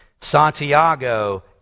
Santiago